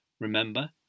Remember